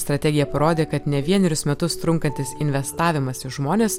strategija parodė kad ne vienerius metus trunkantis investavimas į žmones